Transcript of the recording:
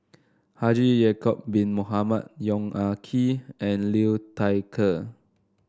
Haji Ya'acob Bin Mohamed Yong Ah Kee and Liu Thai Ker